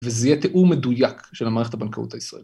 וזה יהיה תיאור מדויק של מערכת הבנקאות הישראלית.